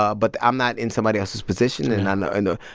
ah but i'm not in somebody else's position, and and i know.